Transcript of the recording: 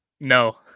No